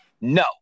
No